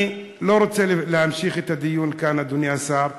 אני לא רוצה להמשיך את הדיון כאן, אדוני השר,